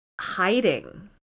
hiding